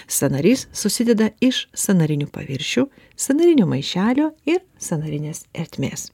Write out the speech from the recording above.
sąnarys susideda iš sąnarinių paviršių sąnarinio maišelio ir sąnarinės ertmės